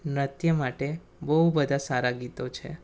નૃત્ય માટે બહુ બધાં સારા ગીતો છે